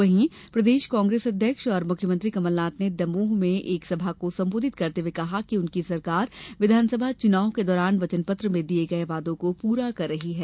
वहीं प्रदेश कांग्रेस अध्यक्ष और मुख्यमंत्री कमलनाथ ने दमोह में एक सभा को संबोधित करते हुये कहा कि उनकी सरकार विधानसभा चुनाव के दौरान वचनपत्र में दिये गये वादों को पूरा कर रही है